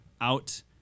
out